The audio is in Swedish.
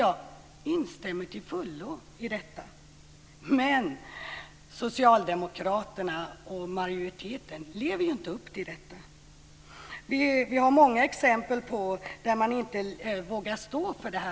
Jag instämmer till fullo i detta, men socialdemokraterna och majoriteten lever inte upp till det. Det finns många exempel på att man inte vågar stå för detta.